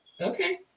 Okay